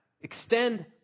Extend